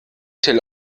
till